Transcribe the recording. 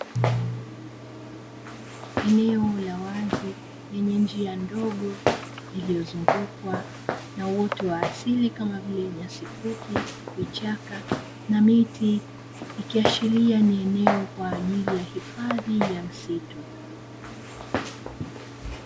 Eneo la wazi lenye njia ndogo iliyozungukwa na uoto wa asili kama vile: nyasi fupi, vichaka na miti; ikiashiria ni eneo kwa ajili ya hifadhi ya msitu.